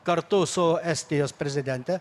kartu su estijos prezidente